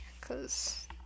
cause